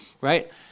right